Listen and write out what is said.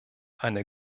eine